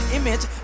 image